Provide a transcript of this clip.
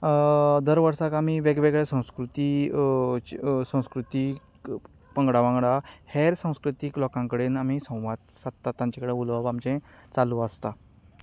दर वर्साक आमी वेग वेगळे संस्कृतीक संस्कृतीक पंगडा वांगडा हेर संस्कृतीक लोकां कडेन आमी संवाद सादतात तांचे कडेन उलोवप आमचें चालू आसता